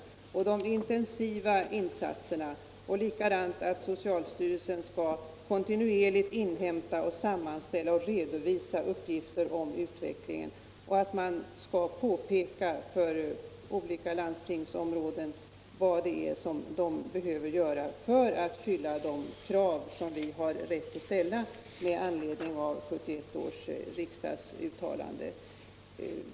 Vidare sägs att det krävs intenstiva insatser och att socialstyrelsen kontinuerligt skall inhämta. sammanställa och redovisa uppgifter om utvecklingen och påpeka för olika landstingsområden vad de behöver göra för att fylla de krav som vi har rätt att ställa . med anledning av 1971 års riksdags uttalande.